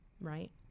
Right